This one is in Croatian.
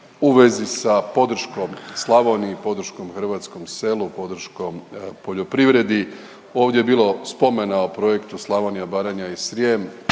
u vezi sa podrškom Slavoniji i podrškom hrvatskom selu, podrškom poljoprivredi. Ovdje je bilo spomena o Projektu Slavonija, Baranja i Srijem